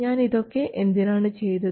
ഞാൻ ഇതൊക്കെ എന്തിനാണ് ചെയ്തത്